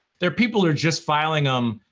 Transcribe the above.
their people are just filing them.